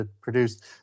produced